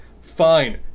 fine